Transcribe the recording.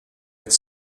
ditt